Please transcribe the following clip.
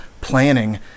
planning